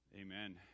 Amen